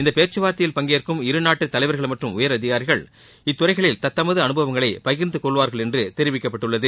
இந்த பேச்சுவார்த்தையில் பங்கேற்கும் இருநாட்டு தலைவர்கள் மற்றும் உயரதிகாரிகள் இத்துறைகளில் தத்தமது அனுபவங்களை பகிரிந்துகொள்வார்கள் என்று தெரிவிக்கப்பட்டுள்ளது